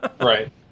Right